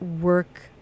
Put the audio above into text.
work